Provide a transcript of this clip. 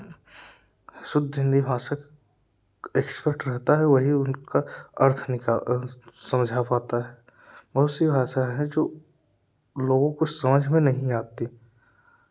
शुद्ध हिंदी भाषा एक्सपर्ट रहता है वही उनका अर्थ निकालकर समझा पाता है वैसी भाषा है जो लोगों को समझा में नहीं आती